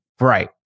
Right